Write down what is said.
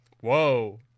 Whoa